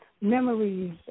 Memories